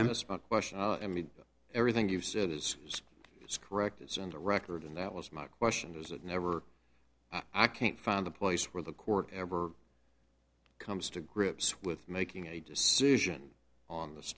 him spoke question i mean everything you've said is correct it's on the record and that was my question is it never i can't find the place where the court ever comes to grips with making a decision on th